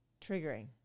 triggering